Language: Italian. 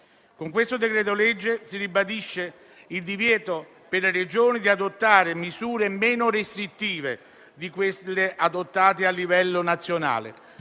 Con il provvedimento in esame si ribadisce il divieto per le Regioni di adottare misure meno restrittive di quelle adottate a livello nazionale,